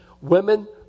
Women